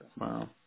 Wow